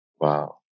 Wow